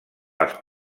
les